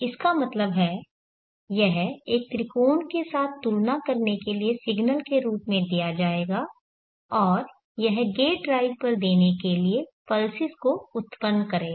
इसका मतलब है यह एक त्रिकोण के साथ तुलना करने के लिए सिग्नल के रूप में दिया जाएगा और यह गेट ड्राइव पर देने के लिए पल्सेस को उत्पन्न करेगा